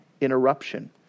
interruption